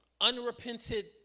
unrepented